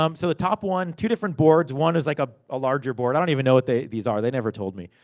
um so top one, two different boards. one was like a ah larger board. i don't even know what these are. they never told me.